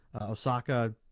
Osaka